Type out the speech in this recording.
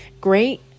great